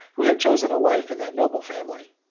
who had chosen a wife in that noble family.